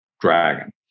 dragon